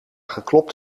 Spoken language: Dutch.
geklopt